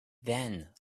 then